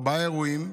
ארבעה אירועים,